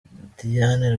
diane